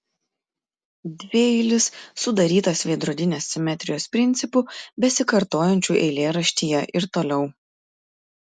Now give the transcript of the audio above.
dvieilis sudarytas veidrodinės simetrijos principu besikartojančiu eilėraštyje ir toliau